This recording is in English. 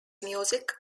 music